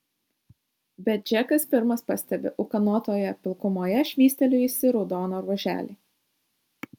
bet džekas pirmas pastebi ūkanotoje pilkumoje švystelėjusį raudoną ruoželį